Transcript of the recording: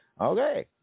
Okay